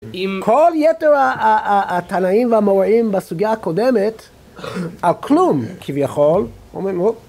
כל יתר התנאים והאמוראים בסוגיה הקודמת, על כלום כביכול, אומרים